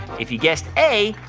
if you guessed a,